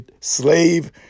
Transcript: slave